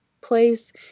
place